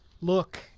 look